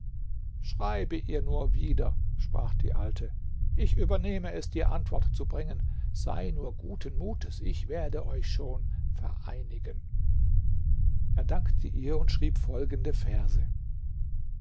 schreibe ihr nur wieder sprach die alte ich übenehme es dir antwort zu bringen sei nur guten mutes ich werde euch schon vereinigen er dankte ihr und schrieb folgende verse